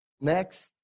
Next